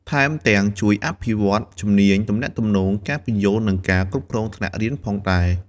ថែមទាំងជួយអភិវឌ្ឍជំនាញទំនាក់ទំនង ការពន្យល់ និងការគ្រប់គ្រងថ្នាក់រៀនផងដែរ។